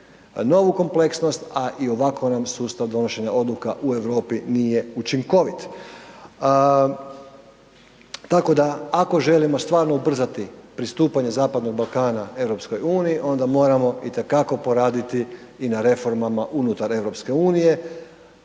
novu kompleksnost, a i ovako nam sustav donošenja odluka u Europi nije učinkovit, tako da ako želimo stvarno ubrzati pristupanje zapadnog Balkana EU, ona moramo itekako poraditi i na reformama unutar EU, to